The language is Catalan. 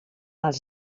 els